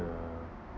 the